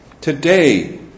Today